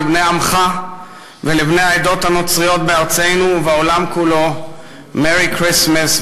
לבני עמך ולבני העדות הנוצריות בארצנו ובעולם כולו Merry Christmas,